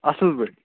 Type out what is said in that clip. اَصٕل پٲٹھۍ